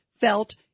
felt